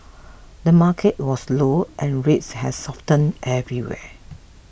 the market was slowe and rates have softened everywhere